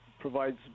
provides